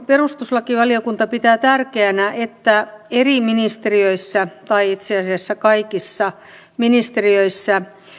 perustuslakivaliokunta pitää tärkeänä että eri ministeriöissä tai itse asiassa kaikissa ministeriöissä